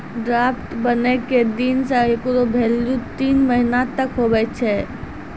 draft बनै के दिन से हेकरो भेल्यू तीन महीना तक हुवै छै